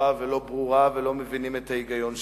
ולא ברורה ולא מבינים את ההיגיון שבה.